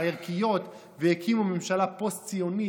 הערכיות והקימו ממשלה פוסט-ציונית,